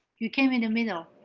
you came in the middle.